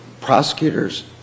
prosecutors